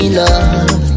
love